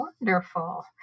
Wonderful